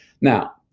Now